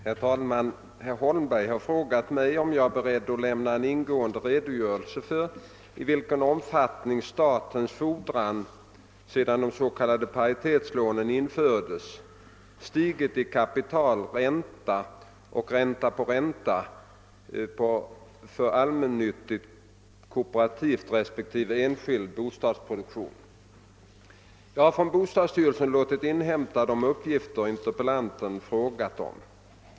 Herr talman! Herr Holmberg har frågat mig om jag är beredd att lämna en ingående redogörelse för i vilken omfattning statens fordran sedan de s.k. paritetslånen infördes stigit i kapital, ränta och ränta på ränta på allmännyttig, kooperativ respektive enskild bostadsproduktion. Jag har från bostadsstyrelsen låtit inhämta de uppgifter interpellanten frågat om.